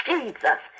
Jesus